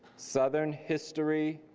southern history,